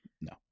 No